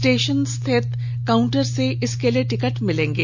station स्थित counter से इसके लिए टिकट मिलेंगे